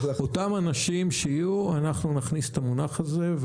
אותם אנשים שיהיו, אנחנו נכניס את המונח הזה.